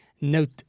Note